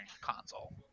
console